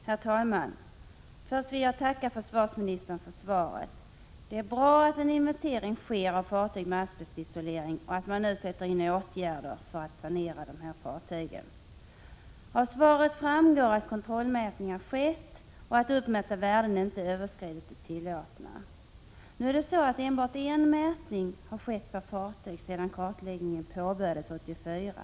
Herr talman! Först vill jag tacka försvarsministern för svaret. Det är bra att en inventering sker av fartyg med asbestisolering och att man nu sätter in åtgärder för att sanera dessa fartyg. Av svaret framgår att kontrollmätningar skett och att uppmätta värden inte överskridit det tillåtna. Nu är det emellertid så att enbart en mätning har skett per fartyg sedan kontrollen påbörjades 1984.